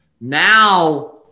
now